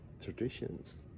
traditions